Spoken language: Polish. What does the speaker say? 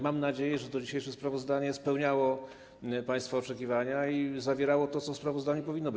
Mam nadzieję, że to dzisiejsze sprawozdanie spełniało państwa oczekiwania i zawierało to, co w sprawozdaniu powinno być.